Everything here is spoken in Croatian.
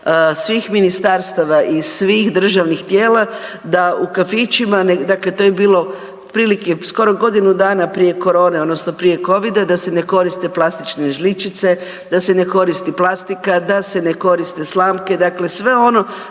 svih ministarstava i svih državnih tijela da u kafićima, dakle to je bilo otprilike skoro godinu dana prije korone odnosno prije covida da se ne koriste plastične žličice, da se koristi plastika, da se ne koriste slamke, dakle sve ono